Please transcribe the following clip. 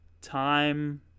time